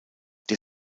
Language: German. der